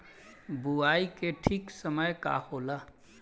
बुआई के ठीक समय का होला?